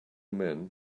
men